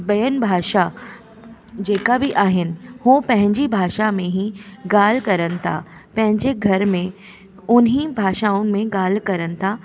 ॿियनि भाषा जेका बि आहिनि हू पंहिंजी भाषा में ई ॻाल्हि करनि था पंहिंजे घर में उन्ही भाषाउनि में ॻाल्हि करनि था